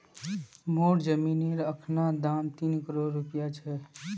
मोर जमीनेर अखना दाम तीन करोड़ रूपया छ